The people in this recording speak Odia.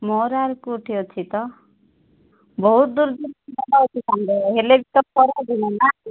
ମୋର ଆଉ କେଉଁଠି ଅଛି ତ ବହୁତ ଦୂର୍ ହେଲେ ତ ଖରାଦିନ ନା